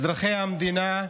אזרחי המדינה,